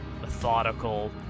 methodical